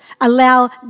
allow